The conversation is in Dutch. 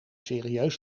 serieus